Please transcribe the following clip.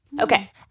Okay